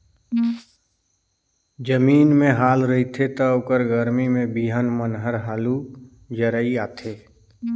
जमीन में हाल रहिथे त ओखर गरमी में बिहन मन हर हालू जरई आथे